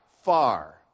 far